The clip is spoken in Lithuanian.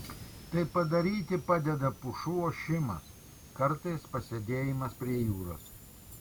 tai padaryti padeda pušų ošimas kartais pasėdėjimas prie jūros